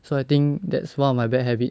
so I think that's one of my bad habit